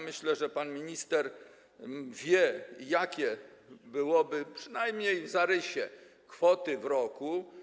Myślę, że pan minister wie, jakie byłyby, przynajmniej w zarysie, kwoty w skali roku.